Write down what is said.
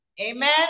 Amen